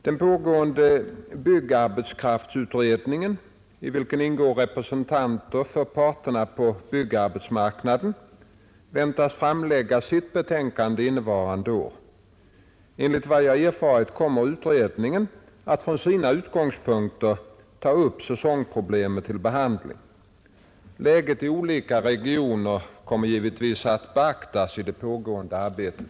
Den pågående byggarbetskraftsutredningen, i vilken ingår representanter för parterna på byggarbetsmarknaden, väntas framlägga sitt betänkande innevarande år. Enligt vad jag erfarit kommer utredningen att från sina utgångspunkter ta upp säsongproblemen till behandling. Läget i olika regioner kommer givetvis att beaktas vid det pågående arbetet.